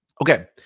Okay